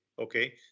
Okay